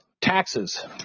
taxes